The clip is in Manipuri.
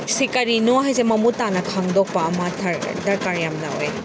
ꯁꯤ ꯀꯔꯤꯅꯣ ꯍꯥꯏꯁꯦ ꯃꯃꯨꯠ ꯇꯥꯅ ꯈꯪꯗꯣꯛꯄ ꯑꯃ ꯗꯔꯀꯥꯔ ꯌꯥꯝꯅ ꯑꯣꯏ